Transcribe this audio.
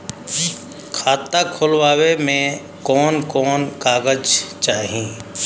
खाता खोलवावे में कवन कवन कागज चाही?